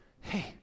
hey